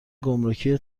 گمرکی